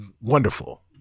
wonderful